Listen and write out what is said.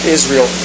Israel